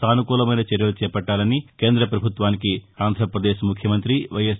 సానుకూలమైన చర్యలు చేవట్టాలని కేంద్ర పభుత్వానికి ఆంధ్రప్రదేశ్ ముఖ్యమంత్రి వైఎస్